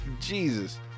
Jesus